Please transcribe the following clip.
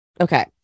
okay